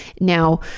Now